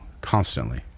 constantly